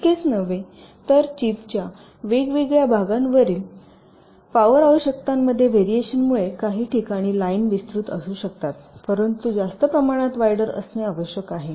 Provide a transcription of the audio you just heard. इतकेच नव्हे तर चिपच्या वेगवेगळ्या भागांमधील पॉवर आवश्यकतांमध्ये व्हेरिएशनमुळे काही ठिकाणी लाईन विस्तृत असू शकतात परंतु जास्त प्रमाणात वायडर असणे आवश्यक आहे